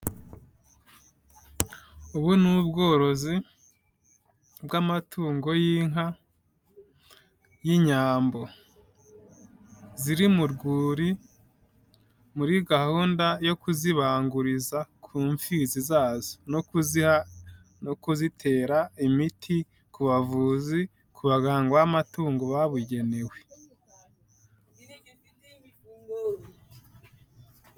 Ubu ni ubworozi bw'amatungo y'inka y'inyambo, ziri mu rwuri muri gahunda yo kuzibanguriza ku mfizi zazo no kuziha no kuzitera imiti, ku bavuzi, ku baganga b'amatungo babugenewe.